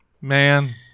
Man